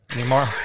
anymore